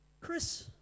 Chris